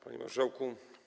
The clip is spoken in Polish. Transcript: Panie Marszałku!